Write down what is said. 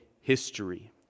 history